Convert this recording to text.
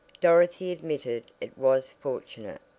dorothy admitted it was fortunate,